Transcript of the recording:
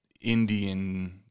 Indian